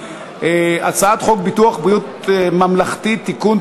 הצעת חוק ביטוח בריאות ממלכתי (תיקון,